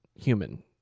human